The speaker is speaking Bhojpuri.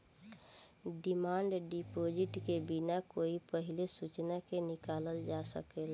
डिमांड डिपॉजिट के बिना कोई पहिले सूचना के निकालल जा सकेला